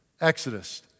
Exodus